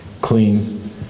clean